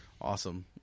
Awesome